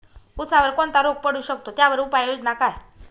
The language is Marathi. ऊसावर कोणता रोग पडू शकतो, त्यावर उपाययोजना काय?